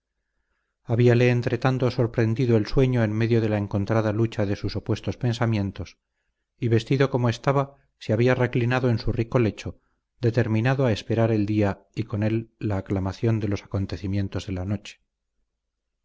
pacíficos sirvientes habíale entretanto sorprendido el sueño en medio de la encontrada lucha de sus opuestos pensamientos y vestido como estaba se había reclinado en su rico lecho determinado a esperar el día y con él la aclaración de los acontecimientos de la noche